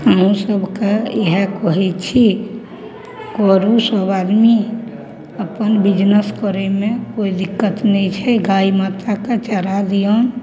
अहूँसभके इएह कहै छी करू सभ आदमी अप्पन बिजनेस करैमे कोइ दिक्कत नहि छै गाइ माताके चरा दिऔन